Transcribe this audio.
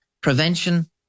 prevention